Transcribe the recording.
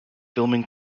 filming